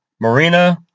Marina